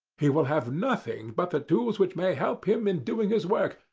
he will have nothing but the tools which may help him in doing his work,